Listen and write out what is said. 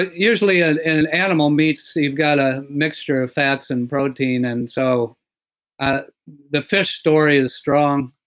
usually ah in animal meats, you've got a mixture of fats and protein. and so ah the fish story is strong.